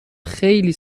خیلی